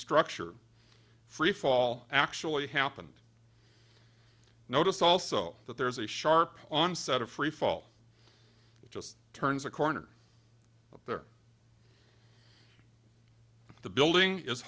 structure freefall actually happened notice also that there is a sharp onset of freefall it just turns a corner there the building is